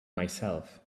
myself